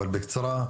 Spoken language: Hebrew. אבל בקצרה.